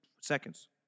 seconds